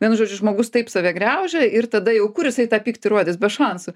vienu žodžiu žmogus taip save graužia ir tada jau kur jisai tą pyktį rodys be šansų